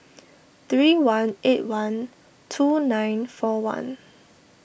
three one eight one two nine four one